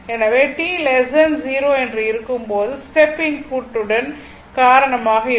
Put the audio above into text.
எனவே t 0 என்று இருக்கும் போது ஸ்டெப் இன்புட் ன் காரணமாக இருக்கும்